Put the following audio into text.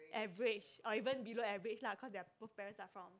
average or even below average lah because their both parents are from